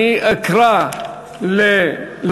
אני אקרא למנמקים.